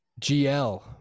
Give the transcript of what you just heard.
GL